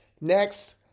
Next